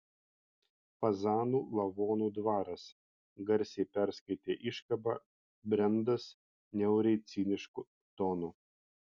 fazanų lavonų dvaras garsiai perskaitė iškabą brendas niauriai cinišku tonu